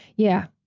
yeah.